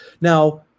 now